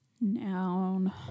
Noun